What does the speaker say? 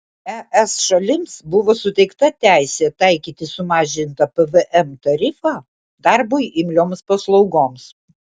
es šalims buvo suteikta teisė taikyti sumažintą pvm tarifą darbui imlioms paslaugoms